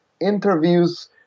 interviews